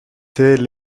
tel